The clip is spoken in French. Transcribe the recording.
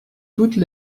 toutes